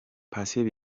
patient